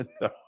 no